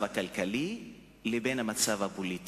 על פניו